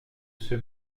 ceux